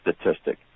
statistic